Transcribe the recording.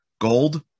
gold